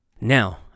Now